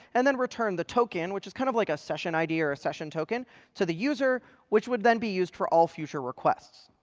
and then return the token, which is kind of like a session id or a session token to the user, which would then be used for all future requests.